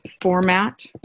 format